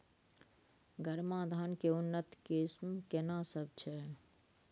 गरमा धान के उन्नत किस्म केना सब छै?